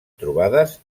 trobades